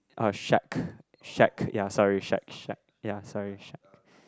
oh shack shack ya sorry shack shack ya sorry shack